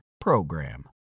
PROGRAM